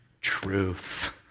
truth